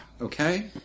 Okay